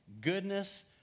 goodness